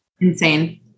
insane